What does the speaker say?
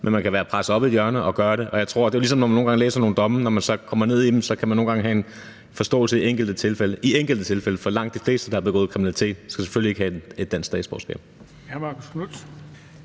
men man kan være presset op i et hjørne og gøre det. Sådan er det jo også nogle gange, når man læser om nogle domme; når man så dykker ned i dem, kan man nogle gange have en forståelse for det skete i enkelte tilfælde – i enkelte tilfælde, for langt de fleste, der har begået kriminalitet, skal selvfølgelig ikke have et dansk statsborgerskab.